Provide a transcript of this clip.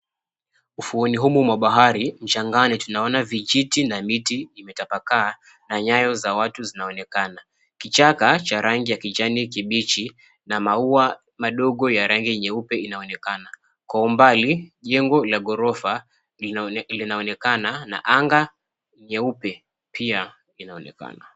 Ufuoni humu mwa bahari mchangani tunaona vijiti na miti imetapakaa na nyayo za watu zinaonekana. Kichaka cha rangi ya kijanikibichi na maua madogo ya rangi nyeupe inaonekana. Kwa umbali jengo la ghorofa linaonekana na anga nyeupe pia inaonekana.